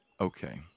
okay